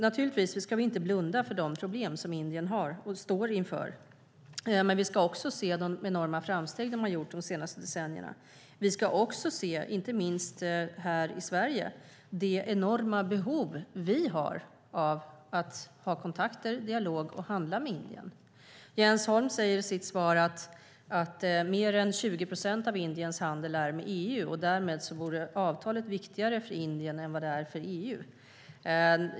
Naturligtvis ska vi inte blunda för de problem som Indien har och står inför, men vi ska också se de enorma framsteg de har gjort de senaste decennierna. Vi ska också se det enorma behovet, inte minst här i Sverige, av att ha kontakter, dialog och handel med Indien. Jens Holm säger att mer än 20 procent av Indiens handel är med EU och att avtalet därmed vore viktigare för Indien än för EU.